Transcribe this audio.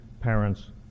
parents